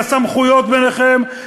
לסמכויות ביניכם,